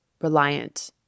reliant